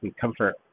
Comfort